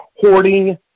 hoarding